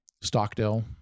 Stockdale